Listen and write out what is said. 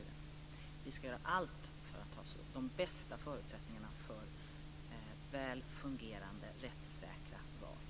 Vi ska göra allt för att skapa de bästa förutsättningarna för väl fungerande och rättssäkra val inför framtiden.